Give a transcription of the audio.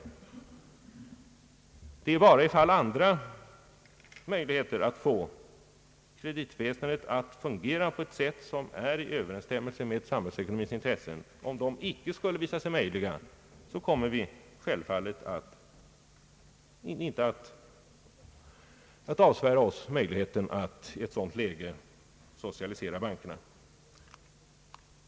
Endast om det inte skulle finnas andra möjligheter att få kreditväsendet att fungera i överensstämmelse med samhällsekonomins intressen, kommer vi självfallet inte att avsvära oss möjligheten att i ett sådant läge socialisera bankerna.